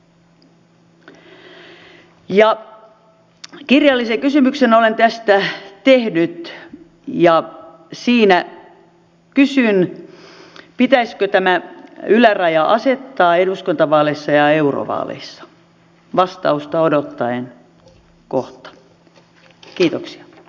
kirjallisen kysymyksen olen tästä tehnyt ja siinä kysyn pitäisikö tämä yläraja asettaa eduskuntavaaleissa ja eurovaaleissa vastausta odottaen kohta